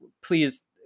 please